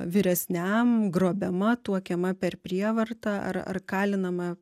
vyresniam grobiama tuokiama per prievartą ar ar kalinama